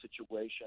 situation